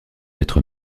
être